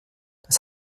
das